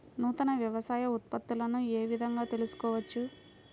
నూతన వ్యవసాయ ఉత్పత్తులను ఏ విధంగా తెలుసుకోవచ్చు?